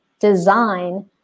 design